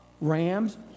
Ram's